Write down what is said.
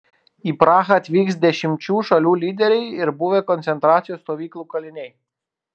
į prahą atvyks dešimčių šalių lyderiai ir buvę koncentracijos stovyklų kaliniai